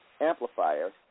amplifier